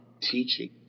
teaching